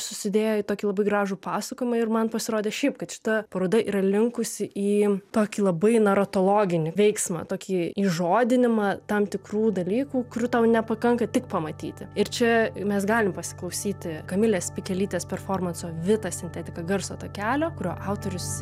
susidėjo į tokį labai gražų pasakojimą ir man pasirodė šiaip kad šita paroda yra linkusi į tokį labai naratologinį veiksmą tokį įžodinimą tam tikrų dalykų kurių tau nepakanka tik pamatyti ir čia mes galim pasiklausyti kamilės pikelytės performanso vita sintetika garso takelio kurio autorius